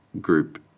Group